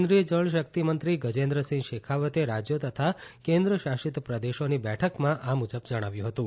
કેન્દ્રિય જળશક્તિ મંત્રી ગજેન્દ્રસિંહ શેખાવતે રાજ્યો તથા કેન્દ્ર શાસિત પ્રદેશોની બેઠકમાં આ મુજબ જણાવ્યું હતું